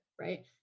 right